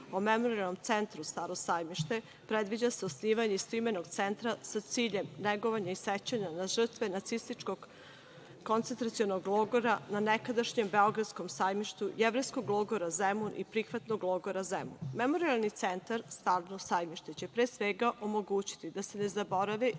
o Memorijalnom centru „Staro sajmište“ predviđa se osnivanje istoimenog centra sa ciljem negovanja i sećanja na žrtve nacističkog koncetracionog logora, na nekadašnjem Beogradskom sajmištu, Jevrejskog logora Zemun i prihvatnog logora Zemun. Memorijalni centar „Staro sajmište“ će, pre svega, omogućiti da se ne zaborave